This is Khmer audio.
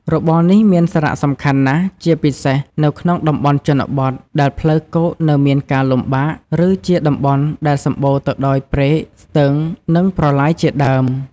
របរនេះមានសារៈសំខាន់ណាស់ជាពិសេសនៅក្នុងតំបន់ជនបទ ដែលផ្លូវគោកនៅមានការលំបាក ឬជាតំបន់ដែលសម្បូរទៅដោយព្រែក ស្ទឹង និងប្រឡាយជាដើម។